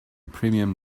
premium